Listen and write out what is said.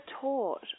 taught